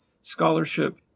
scholarship